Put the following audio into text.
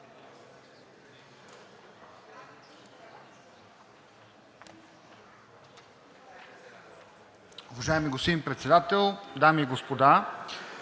Уважаеми господин Председател, дами и господа!